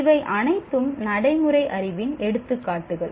இவை அனைத்தும் நடைமுறை அறிவின் எடுத்துக்காட்டுகள்